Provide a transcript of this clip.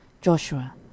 Joshua